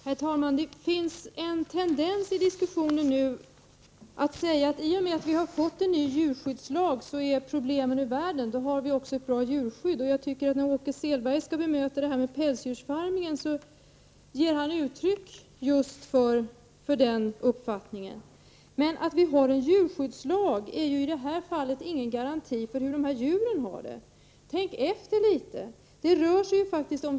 Herr talman! Det finns en tendens i diskussionen att säga att i och med att vi har en ny djurskyddslag är problemen ur världen. Då har vi ett bra djurskydd. Åke Selberg ger uttryck för just den uppfattningen när han bemöter reservationen om pälsdjursuppfödning. Att vi har en djurskyddslag i det här landet är ingen garanti för att djuren har det bra. Tänk efter litet!